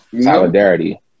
solidarity